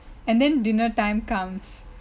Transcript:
and then dinner time come